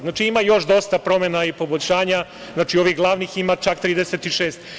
Znači, ima još dosta promena i poboljšanja, znači ovih glavnih ima čak 36.